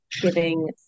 giving